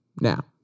Now